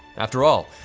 after all,